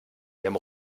ihrem